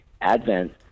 Advent